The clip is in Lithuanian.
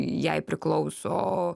jai priklauso